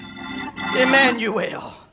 Emmanuel